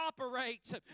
operates